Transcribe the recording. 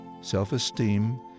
self-esteem